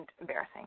embarrassing